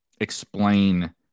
explain